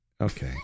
Okay